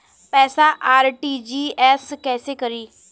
पैसा आर.टी.जी.एस कैसे करी?